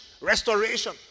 restoration